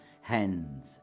Hens